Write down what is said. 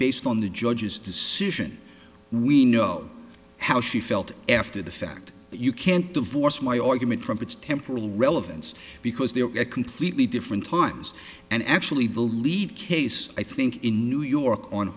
based on the judge's decision we know how she felt after the fact that you can't divorce my argument from its temporal relevance because they are a completely different times and actually believe case i think in new york on